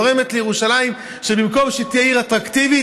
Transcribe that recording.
גורמת לירושלים שבמקום שהיא תהיה עיר אטרקטיבית,